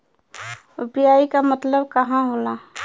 UPI के मतलब का होला?